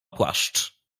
płaszcz